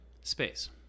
Space